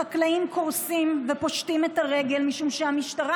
החקלאים קורסים ופושטים את הרגל משום שהמשטרה